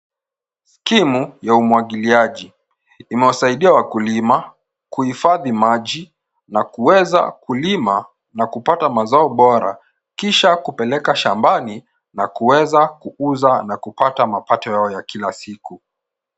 Skimu ya umwagiliaji imewasaidia wakulima kuhifadhi maji na kuweza kulima na kupata mazao bora kisha kupeleka shambani na kuweza kuuza na kupata ya kila siku.